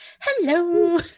Hello